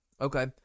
Okay